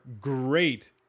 great